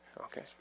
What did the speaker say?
Okay